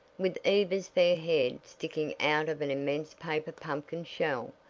with eva's fair head sticking out of an immense paper pumpkin shell.